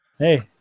Hey